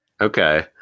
okay